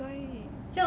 他他是